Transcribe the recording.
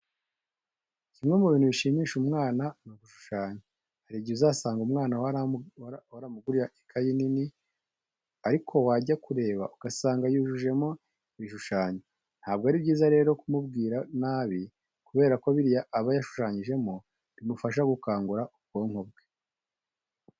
Kimwe mu bintu bishimisha umwana ni ugushushanya. Hari igihe uzasanga umwana waramuguriye ikayi nini ariko wajya kureba ugasanga yayujujemo ibishushanyo. Ntabwo ari byiza rero kumubwira nabi kubera ko biriya aba yashushanyijemo bimufasha gukangura ubwonko bwe.